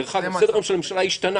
דרך אגב, סדר-היום של הממשלה השתנה.